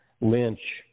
lynch